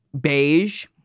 beige